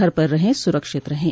घर पर रहें सुरक्षित रहें